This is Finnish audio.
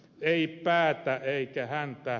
ei päätä eikä häntää